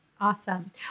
Awesome